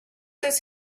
does